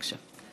בבקשה.